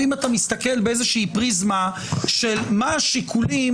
אם אתה מסתכל באיזה פריזמה של מה השיקולים,